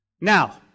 Now